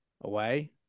away